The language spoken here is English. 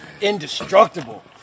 indestructible